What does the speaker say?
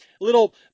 little